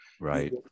right